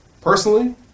personally